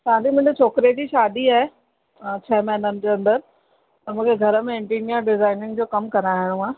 भाभी मुंहिंजे छोकिरे जी शादी आहे छह महिननि जे अंदरि त मूंखे घर में इंटीरियर डिजाइनिंग जो कमु कराइणो आहे